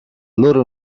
loro